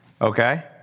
Okay